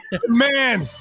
Man